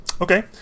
Okay